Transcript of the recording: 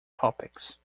topics